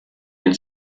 den